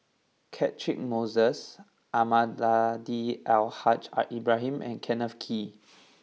Catchick Moses Almahdi Al Haj Ibrahim and Kenneth Kee